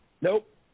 Nope